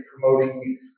promoting